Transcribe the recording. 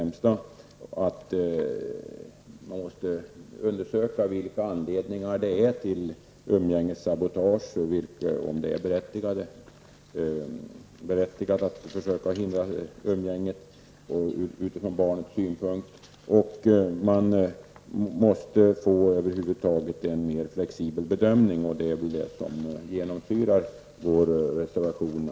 Man måste undersöka vilka anledningarna är till umgängessabotage, om det är berättigat att försöka hindra umgänget utifrån barnets synpunkt. Man måste över huvud taget få en mer flexibel bedömning -- det är den uppfattning som genomsyrar vår reservation.